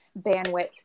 bandwidth